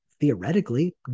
Theoretically